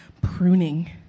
pruning